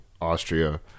Austria